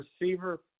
receiver